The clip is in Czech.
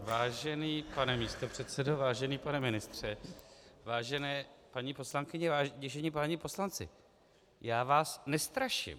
Vážený pane místopředsedo, vážený pane ministře, vážené paní poslankyně, vážení páni poslanci, já vás nestraším.